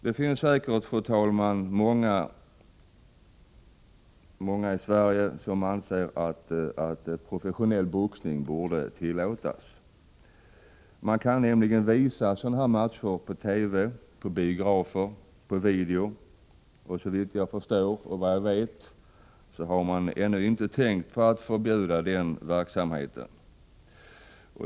Det finns säkert många i Sverige som anser att professionell boxning borde tillåtas i vårt land. Man kan visa professionella boxningsmatcher på TV, på biografer och på video. Såvitt jag förstår har man ännu inte tänkt förbjuda sådan verksamhet.